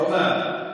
עוד מעט.